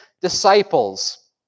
disciples